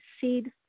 Seed